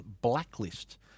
Blacklist